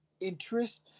interest